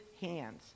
hands